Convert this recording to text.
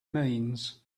means